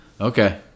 Okay